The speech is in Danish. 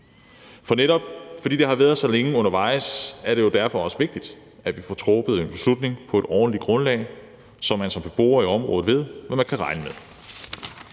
For netop fordi det har været så længe undervejs, er det vigtigt, at vi får truffet en beslutning på et ordentligt grundlag, så man som beboer i området ved, hvad man kan regne med.